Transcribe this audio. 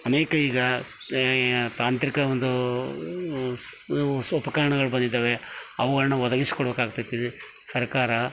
ಅನೇಕ ಈಗ ತಾಂತ್ರಿಕ ಒಂದು ಸ್ ಸ್ ಉಪಕರಣಗಳು ಬಂದಿದ್ದಾವೆ ಅವುಗಳನ್ನು ಒದಗಿಸ್ಕೊಡ್ಬೇಕಾಕ್ತದೆ ಸರ್ಕಾರ